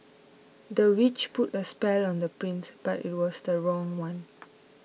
the witch put a spell on the prince but it was the wrong one